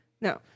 No